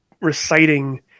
reciting